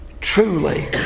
Truly